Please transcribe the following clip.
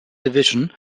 division